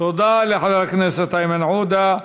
תודה לחבר הכנסת איימן עודה.